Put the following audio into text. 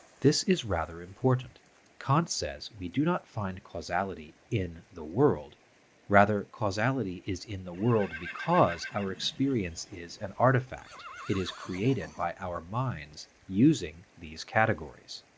this is rather important kant says we do not find causality in the world rather causality is in the world because our experience is an artifact, is created by our minds using these categories.